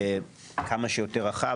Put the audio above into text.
כמה שיותר רחב.